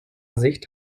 sicht